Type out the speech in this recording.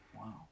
Wow